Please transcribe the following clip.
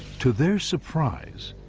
to their surprise,